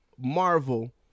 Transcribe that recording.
Marvel